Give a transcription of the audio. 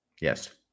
yes